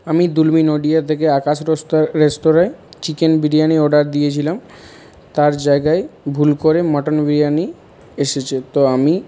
আমি দুলমী নডিহা থেকে আকাশ রেস্তোরাঁয় চিকেন বিরিয়ানি অর্ডার দিয়েছিলাম তার জায়গায় ভুল করে মটন বিরিয়ানি এসেছে তো আমি